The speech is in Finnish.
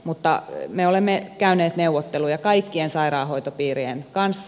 mutta me olemme käyneet neuvotteluja kaikkien sairaanhoitopiirien kanssa